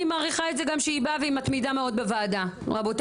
אני מעריכה את זה גם שהיא באה והיא מתמידה מאוד בוועדה רבותי,